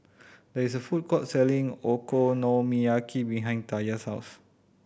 there is a food court selling Okonomiyaki behind Taja's house